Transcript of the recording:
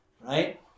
right